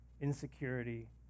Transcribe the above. insecurity